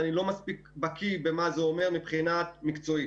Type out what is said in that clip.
אני לא מספיק בקיא במה זה אומר מבחינה מקצועית.